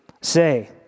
say